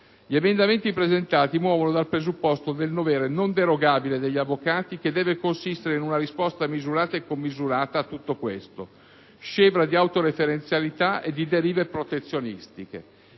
Gli emendamenti presentati muovono dal presupposto del dovere non derogabile degli avvocati che deve consistere in una risposta misurata e commisurata a tutto questo, scevra da autoreferenzialità e derive protezionistiche,